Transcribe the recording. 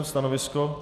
Stanovisko?